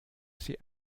sie